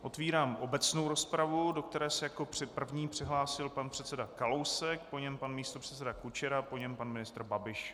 Otvírám obecnou rozpravu, do které se jako první přihlásil pan předseda Kalousek, po něm pan místopředseda Kučera, po něm pan ministr Babiš.